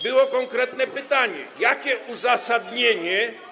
Było konkretne pytanie, jakie uzasadnienie.